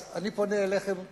אז אני פונה אליכם,